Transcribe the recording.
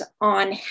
on